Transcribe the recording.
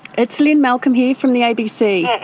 it's lynne malcolm here from the abc.